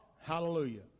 Hallelujah